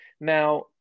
Now